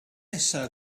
nesa